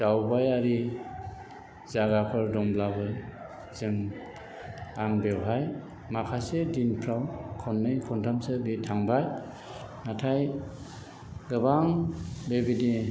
दावबायारि जायगाफोर दंब्लाबो जों आं बेवहाय माखासे दिनफ्राव खननै खन्थामसो बे थांबाय नाथाय गोबां बेबायदि